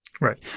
Right